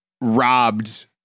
robbed